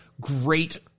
great